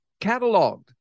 cataloged